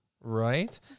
Right